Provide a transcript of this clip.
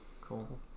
cool